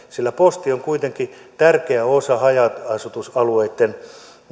sillä posti on kuitenkin tärkeä osa haja asutusalueitten